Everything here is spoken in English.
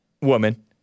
woman